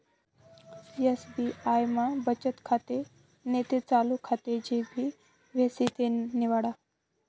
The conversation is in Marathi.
एस.बी.आय मा बचत खातं नैते चालू खातं जे भी व्हयी ते निवाडा